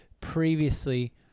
previously